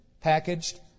packaged